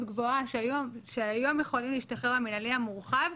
גבוהה שהיום יכולים להשתחרר במינהלי המורחב,